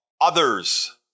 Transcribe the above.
others